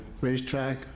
racetrack